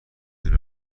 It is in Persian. دور